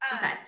Okay